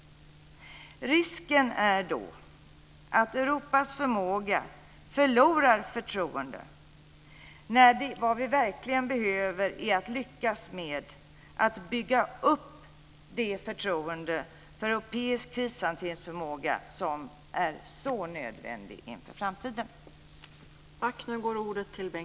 Risken är då att Europas förmåga förlorar förtroende, när det vi verkligen behöver är att lyckas med att bygga upp det förtroende för europeisk krishanteringsförmåga som är så nödvändigt inför framtiden.